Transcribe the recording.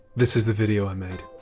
this is the video i made.